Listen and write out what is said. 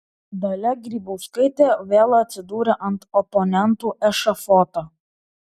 dalia grybauskaitė vėl atsidūrė ant oponentų ešafoto